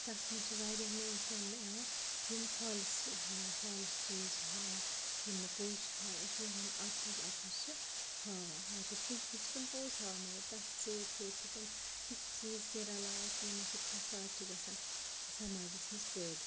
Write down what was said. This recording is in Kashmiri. تَتھ منٛز چھِ واریاہ نِوٕز چَنلہٕ یِوان یِم فالٕس چھِ ہاوان فالٕس چیٖز چھِ ہاوان یِم نہٕ پوٚز چھِ ہاوان کینٛہہ یِم اَپُز اَپُز چھِ ہاوان مطلب کینٛہہ کینٛہہ چھِ تِم پوٚز ہاوان مگر تَتھ سۭتۍ سۭتۍ چھِ تِم تِتھ چیٖز کینٛہہ رَلاوان یِمو سۭتۍ فَساد چھِ گژھان سماجَس منٛز پٲدٕ